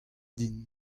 din